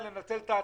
מי מסביר את זה?